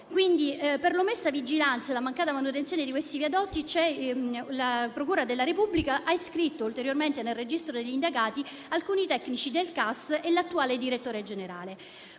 per l'omessa vigilanza e la mancata manutenzione di quei viadotti la procura della Repubblica ha iscritto ulteriormente nel registro degli indagati alcuni tecnici del CAS e l'attuale direttore generale.